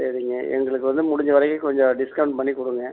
சரிங்க எங்களுக்கு வந்து முடிஞ்ச வரைக்கும் கொஞ்சம் டிஸ்கவுண்ட் பண்ணி கொடுங்க